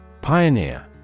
Pioneer